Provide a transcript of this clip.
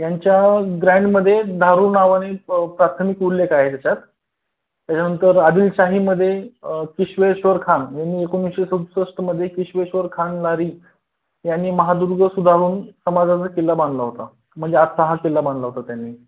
यांच्या ग्रँडमध्ये धारूर नावाने प्राथमिक उल्लेख आहे त्याच्यात त्याच्यानंतर आदीलशाहीमध्ये किश्वेश्वर खान यांनी एकोणीसशे सदुसष्टमध्ये किश्वेश्वर खान नारी यांनी महादुर्ग सुधारून समाजाचा किल्ला बांधला होता म्हणजे आता हा किल्ला बांधला होता त्यानी